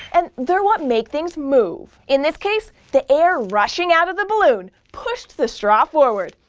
and they're what make things move. in this case, the air rushing out of the balloon pushed the straw forward,